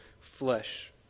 flesh